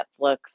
Netflix